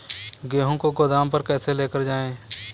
गेहूँ को गोदाम पर कैसे लेकर जाएँ?